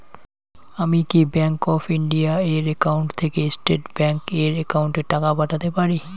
আমি কি bank of India এর একাউন্ট থেকে স্টেট ব্যাংক এর একাউন্টে টাকা পাঠাতে পারি?